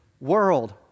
world